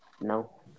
no